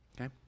okay